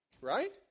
Right